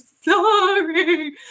sorry